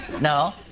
No